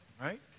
Right